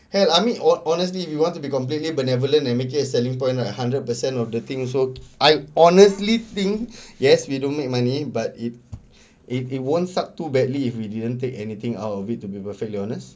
and I mean ho~ honestly if you want to be completely benevolent and make it selling point lah hundred percent of the thing so I honestly think yes we don't make money but if if it won't suck too badly if we didn't take anything out of it to be perfectly honest